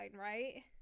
right